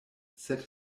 sed